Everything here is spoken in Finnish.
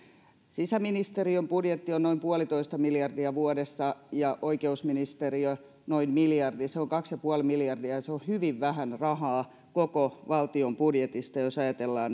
sisäministeriön budjetti on noin yksi pilkku viisi miljardia vuodessa ja oikeusministeriön noin miljardi se on kaksi pilkku viisi miljardia ja se on hyvin vähän rahaa koko valtion budjetista jos ajatellaan